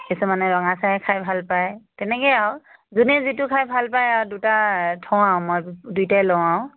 কিছুমানে ৰঙা চাই খাই ভাল পায় তেনেকেই আৰু যোনে যিটো খাই ভাল পায় আৰু দুটা থওঁ আৰু মই দুইটাই লওঁ আৰু